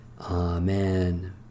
Amen